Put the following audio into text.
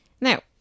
Now